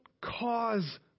cause